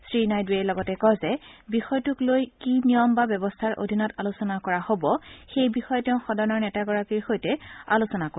শ্ৰীনাইডুৰে লগতে কয় যে বিষয়টো লৈ কি নিয়ম বা ব্যৱস্থাৰ অধীনত আলোচনা কৰা হ'ব সেই বিষয়ে তেওঁ সদনৰ নেতাগৰাকীৰ সৈতে আলোচনা কৰিব